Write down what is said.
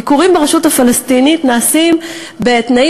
ביקורים ברשות הפלסטינית נעשים בתנאים